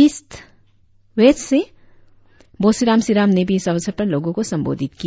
east से बोसिराम सिराम ने भी इस अवसर पर लोगो को संबोधित किया